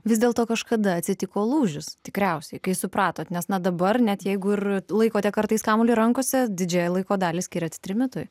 vis dėlto kažkada atsitiko lūžis tikriausiai kai supratot nes na dabar net jeigu ir laikote kartais kamuolį rankose didžiąją laiko dalį skiriat trimitui